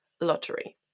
lottery